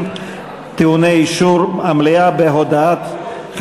ועדת הכנסת בכל הנוגע לפיצולי חוק ההסדרים.